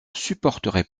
supporterait